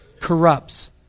corrupts